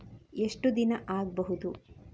ಎಷ್ಟು ದಿನ ಆಗ್ಬಹುದು?